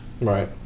Right